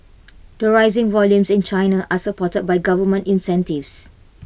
the rising volumes in China are supported by government incentives